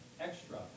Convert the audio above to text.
extra